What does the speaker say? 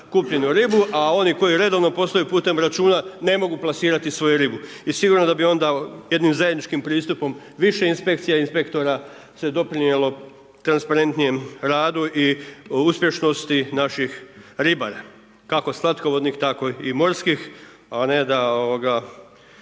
kupljenu ribu, a oni koji redovno postaju putem računa, ne mogu plasirati svoju ribu. I sigurno da bi onda jednim zajedničkim pristupom, više inspekcija i inspektora se doprinijelo transparentnijim radu i uspješnosti naših ribara, kako slatkovodnih, tako i morskih, a ne da tuna